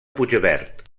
puigverd